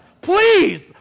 please